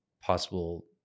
Possible